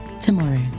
tomorrow